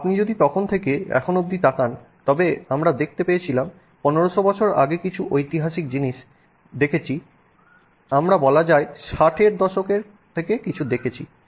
আপনি যদি তখন থেকে এখন অবধি তাকান তবে আমরা দেখতে পেয়েছিলাম 1500 বছর আগে কিছু ঐতিহাসিক জিনিস দেখেছি আমরা বলা যায় 60 এর দশক থেকে কিছু দেখেছি